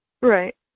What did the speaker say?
Right